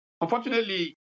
Unfortunately